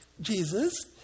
Jesus